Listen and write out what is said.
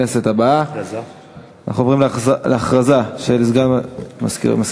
בעד, 11, אין מתנגדים, אין נמנעים.